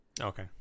okay